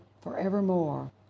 forevermore